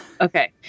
Okay